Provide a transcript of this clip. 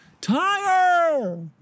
Tire